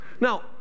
Now